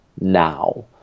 now